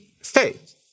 state